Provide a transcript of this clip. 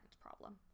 problem